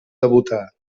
debutar